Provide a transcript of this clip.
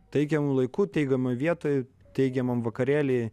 teigiamu laiku teigiamoj vietoj teigiamam vakarėly